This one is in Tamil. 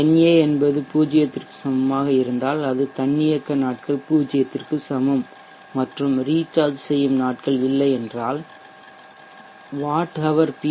Na என்பது பூஜ்ஜியத்திற்கு சமமாக இருந்தால் அது தன்னியக்க நாட்கள் பூஜ்ஜியத்திற்கு சமம் மற்றும் ரீசார்ஜ் செய்யும் நாட்கள் இல்லை என்றால் வாட் ஹவவர் பி